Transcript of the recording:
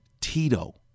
Tito